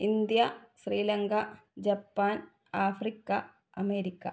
India Sri Lanka Japan Africa America